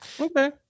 Okay